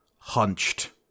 Hunched